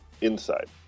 inside